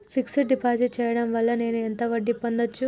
Fix డ్ deposit చేయటం వల్ల నేను ఎంత వడ్డీ పొందచ్చు?